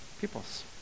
peoples